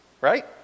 right